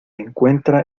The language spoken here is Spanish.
encuentra